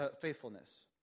faithfulness